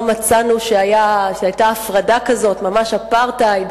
לא מצאנו שהיתה הפרדה כזאת, ממש אפרטהייד,